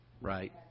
Right